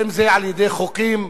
ואם זה על-ידי חוקים